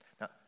Now